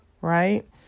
Right